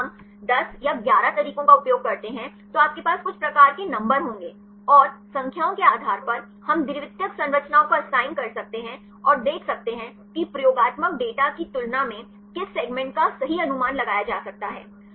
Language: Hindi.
यदि हम 10 या 11 तरीकों का उपयोग करते हैं तो आपके पास कुछ प्रकार के नंबर होंगे और संख्याओं के आधार पर हम द्वितीयक संरचनाओं को असाइन कर सकते हैं और देख सकते हैं कि प्रयोगात्मक डेटा की तुलना में किस सेगमेंट का सही अनुमान लगाया जा सकता है